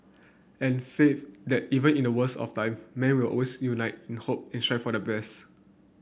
and faith that even in the worst of time man will always unite in hope and strive for the